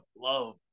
love